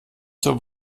zur